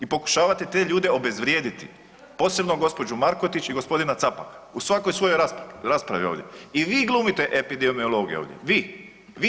I pokušavate te ljude obezvrijediti posebno gospođu Markotić i gospodina Capaka u svakoj svojoj raspravi ovdje i vi glumite epidemiologe ovdje, vi.